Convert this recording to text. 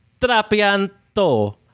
trapianto